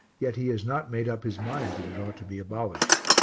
yet he has not made up his mind that it ought to be abolished.